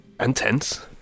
intense